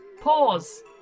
Pause